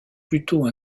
plutôt